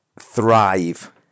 thrive